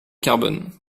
carbone